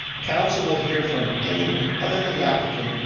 council will hear from anyone, other than the applicant,